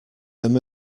them